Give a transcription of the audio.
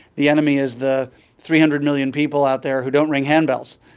the enemy is the three hundred million people out there who don't ring handbells.